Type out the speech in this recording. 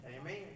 Amen